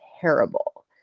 terrible